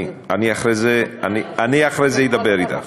אחרי זה אדבר אתך.